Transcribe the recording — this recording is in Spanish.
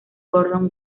gordon